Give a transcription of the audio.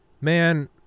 man